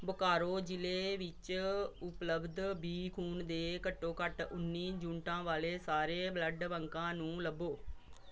ਬੋਕਾਰੋ ਜ਼ਿਲ੍ਹੇ ਵਿੱਚ ਉਪਲਬਧ ਬੀ ਖੂਨ ਦੇ ਘੱਟੋ ਘੱਟ ਉੱਨੀ ਯੂਨਿਟਾਂ ਵਾਲੇ ਸਾਰੇ ਬਲੱਡ ਬੈਂਕਾਂ ਨੂੰ ਲੱਭੋ